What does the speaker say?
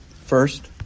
First